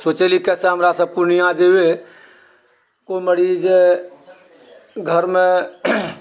सोचैत रहियै कैसे हमरासभ पूर्णियाँ जेबै कोइ मरीज जे घरमे